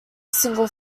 single